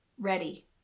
ready